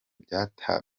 byatewe